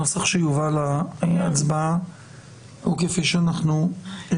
הנוסח שיובא להצבעה הוא כפי שהצענו.